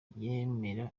yemera